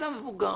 אדם מבוגר,